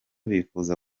bifuza